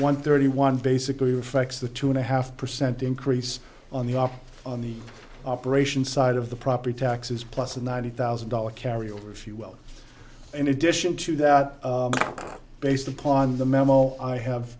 one third one basically reflects the two and a half percent increase on the uk on the operation side of the property taxes plus the ninety thousand dollars carry over a few well in addition to that based upon the memo i have